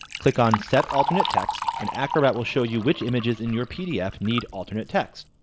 click on set alternate text and acrobat will show you which images in your pdf need alternate text.